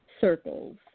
circles